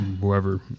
whoever